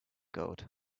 goat